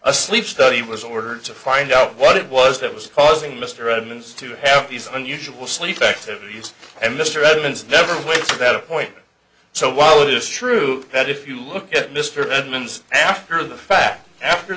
a sleep study was ordered to find out what it was that was causing mr edmunds to have these unusual sleep activities and mr evans never went to that appointment so while it is true that if you look at mr edmunds after the fact after